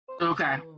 Okay